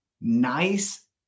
nice